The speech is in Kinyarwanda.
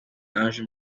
ange